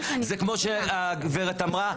זה כמו שהגברת אמרה,